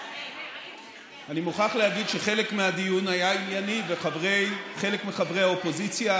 אני מוכרח להגיד שחלק מהדיון היה ענייני וחלק מחברי האופוזיציה